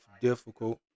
difficult